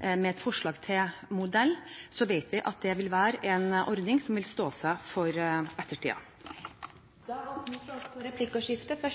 med et forslag til modell, vet vi at det vil være en ordning som vil stå seg for ettertiden. Det blir replikkordskifte. Nå var